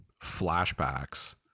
flashbacks